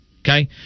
okay